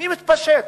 מי מתפשט?